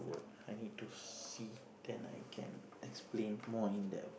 I need to see then I can explain more in depth